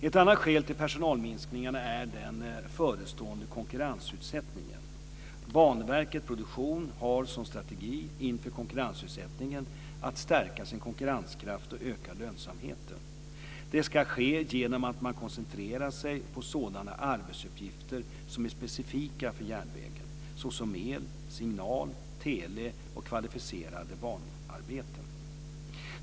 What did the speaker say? Ett annat skäl till personalminskningarna är den förestående konkurrensutsättningen. Banverket Produktion har som strategi inför konkurrensutsättningen att stärka sin konkurrenskraft och öka lönsamheten. Det ska ske genom att man koncentrerar sig på sådana arbetsuppgifter som är specifika för järnvägen såsom el-, signal-, tele och kvalificerade banarbeten.